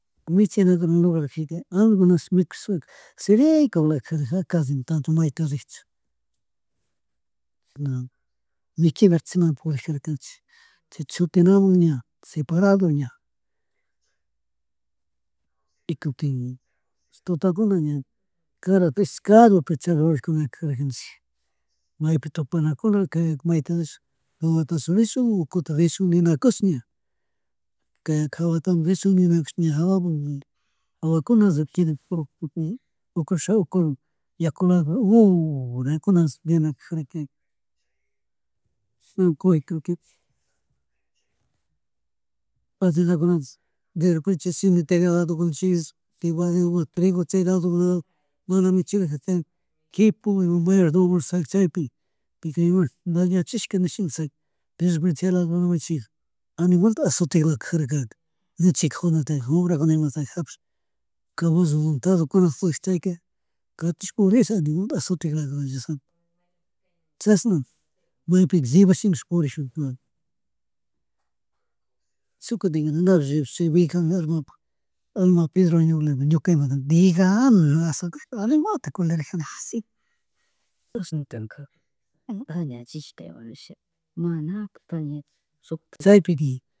Michinata lograjika mikushpaka shirikkarjaka kashi tanto mayta rishuk, chisna michina china purijarkanchi chayta shutinamun ña separado ña, y kutin tutatkuna ña kada chagrurijarkanchik maypi tupanakuna kayaka maytatashi jawatashun rishuk o ukutachu rishun nishuk ninakush ña, kaya jawatami rishun ninakusha ña jawaman ña uku risha, uku yaku lado urakuna mirakajarkaka, chishna purirkanchik. Pallanakunapish chay ladokunamu mana michina karja quiipu, ima Mayorazgomamun rishash chaypi pika chayamudor, dañachishka nishpa derrepente chay lado wambra michijika animalta asutidor kajarka, michijunaraka wambrakunataka imataka japish, caballo montado kunapusk chayka catish purish animal azutilak dios santo, chashna maypika imashi llibash imash purijarkani. Shuk kutin narick rimash chay Bejamin almapuk, alma Pedro Naula ñuka imata digana azutik animalta kulirajikarkani chashnatikmi karka, dañachija nisha mana dañachija, chaypika ña